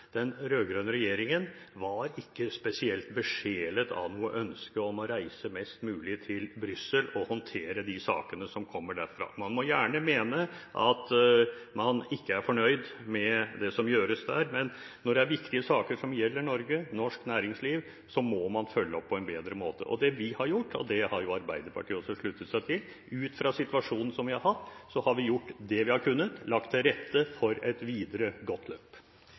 den rød-grønne regjeringen ikke var spesielt besjelet av noe ønske om å reise mest mulig til Brussel og håndtere de sakene som kommer derfra. Man må gjerne mene at man ikke er fornøyd med det som gjøres der, men når det er viktige saker som gjelder Norge og norsk næringsliv, må man følge opp på en bedre måte. Det vi har gjort – det har Arbeiderpartiet også sluttet seg til – er at vi, fra situasjonen vi har hatt, har gjort det vi har kunnet, og lagt til rette for et videre godt løp.